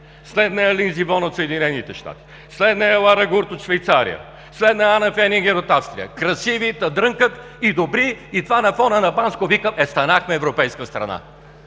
след нея Линдзи Вон от Съединените щати, след нея Лара Гут от Швейцария, след нея Ана Фенингер от Австрия – красиви, та дрънкат, и добри. И това на фона на Банско! Викам: „Е, станахме европейска страна“.